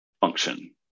function